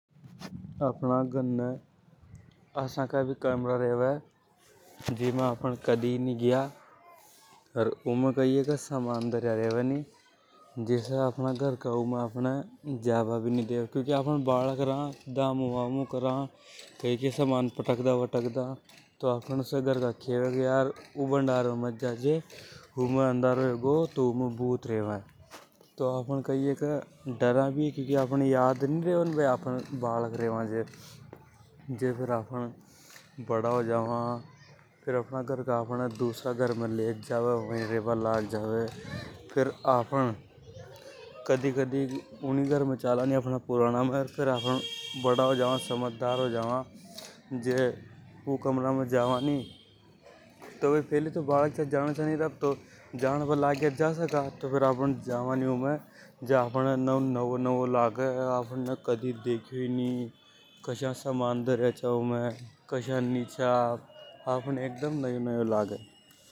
अपना घराने अश्को भी कमरों रेवे जीमे आप कड़ी नि गया। उमे समान रेवे जिसे घर का नट जावे भाई धामों करेगा समान वामन पटक देगो। डरा भी हे क्योंकि आपन ये याद नि रेवे आपन बालक रेवा जिसे। फेर आपन बड़ा हो जावा अपना घर का आपने दूसरा घराने ले जावे। समझदार हो जावा। तो ऊ कमरा में जावा, फैली तो भई बालक छा फैली जाने छा नि। फेर आपन जावा नि उमे जे आपने नव नावों नावों लागे आपन में कड़ी। देखियो ई नि एक दम नयो नयो लागे।